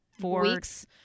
weeks